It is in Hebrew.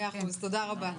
מאה אחוז, תודה רבה.